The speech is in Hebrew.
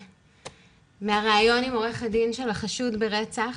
ששמענו מהריאיון עם עורך הדין של החשוד ברצח.